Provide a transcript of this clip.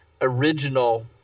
original